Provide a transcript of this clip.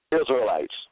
Israelites